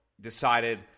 decided